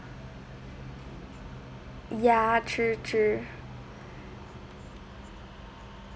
ya true true